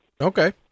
Okay